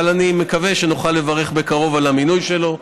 אבל אני מקווה שנוכל לברך בקרוב על המינוי שלו,